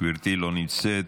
גברתי, לא נמצאת,